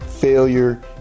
failure